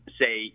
say